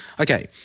Okay